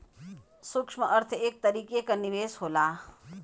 सूक्ष्म अर्थ एक तरीके क निवेस होला